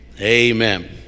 amen